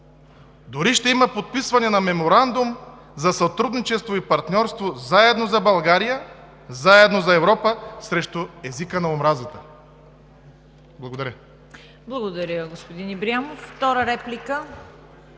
дори ще има подписване на Меморандум за сътрудничество и партньорство „Заедно за България, заедно за Европа срещу езика на омразата“. Благодаря. (Ръкопляскания от